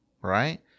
Right